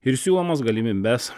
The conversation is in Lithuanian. ir siūlomas galimybes